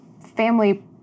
family